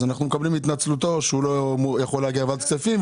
אז אנחנו מקבלם התנצלותו שהוא לא יכול להגיע לוועדת כספים.